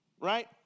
Right